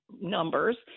numbers